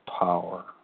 power